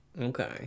Okay